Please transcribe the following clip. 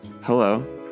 Hello